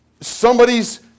somebody's